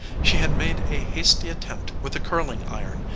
she had made a hasty attempt with a curling-iron,